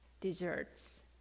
desserts